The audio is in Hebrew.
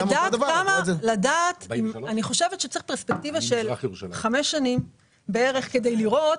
אני חושבת שצריך פרספקטיבה של בערך חמש שנים כדי לראות.